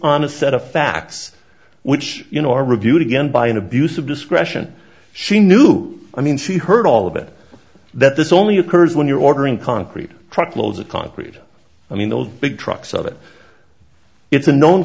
on a set of facts which you know are reviewed again by an abuse of discretion she knew i mean she heard all of it that this only occurs when you're ordering concrete truckloads of concrete i mean those big trucks of it it's a known